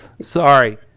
Sorry